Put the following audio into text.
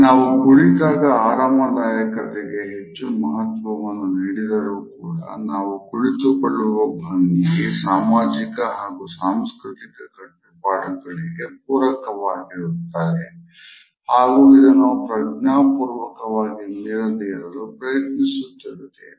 ನಾವು ಕುಳಿತಾಗ ಆರಾಮದಾಯಕತೆಗೆ ಹೆಚ್ಚು ಮಹತ್ವವನ್ನು ನೀಡಿದರೂ ಕೂಡ ನಾವು ಕುಳಿತುಕೊಳ್ಳುವ ಭಂಗಿ ಸಾಮಾಜಿಕ ಹಾಗೂ ಸಾಂಸ್ಕೃತಿಕ ಕಟ್ಟುಪಾಡುಗಳಿಗೆ ಪೂರಕವಾಗಿರುತ್ತದೆ ಹಾಗೂ ಇದನ್ನು ಪ್ರಜ್ಞಾ ಪ್ರಜ್ಞಾಪೂರ್ವಕವಾಗಿ ಮೀರದೆ ಇರಲು ಪ್ರಯತ್ನಿಸುತ್ತಿರುತ್ತೇವೆ